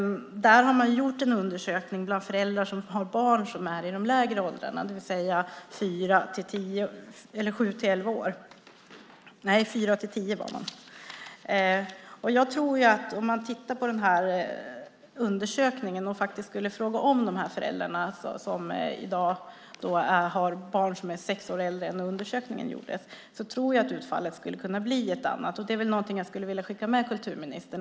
Man har gjort en undersökning bland föräldrar som har barn i lägre åldrar, fyra-tio år. Om man återigen skulle fråga de här föräldrarna, vilkas barn i dag är sex år äldre än de var när undersökningen gjordes, skulle utfallet, tror jag, kunna bli ett annat. Här skulle jag vilja göra ett medskick, kulturministern!